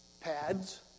pads